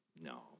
no